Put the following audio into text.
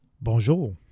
Bonjour